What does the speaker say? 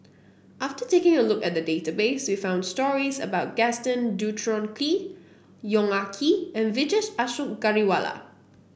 after taking a look at the database we found stories about Gaston Dutronquoy Yong Ah Kee and Vijesh Ashok Ghariwala